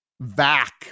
vac